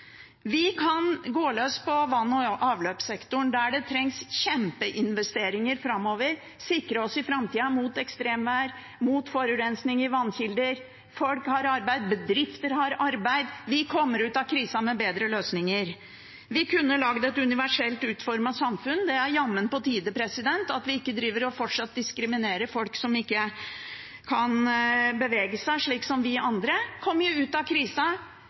Vi kan gå løs på vann- og avløpssektoren, der det trengs kjempeinvesteringer framover, og sikre oss mot ekstremvær i framtida og mot forurensning i vannkilder. Folk har arbeid, bedrifter har arbeid, og vi kommer ut av krisa med bedre løsninger. Vi kunne laget et universelt utformet samfunn, det er jammen på tide, så vi ikke fortsatt diskriminerer folk som ikke kan bevege seg slik som vi andre. Da kommer det mange arbeidsplasser og et bedre samfunn ut av krisa